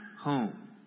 home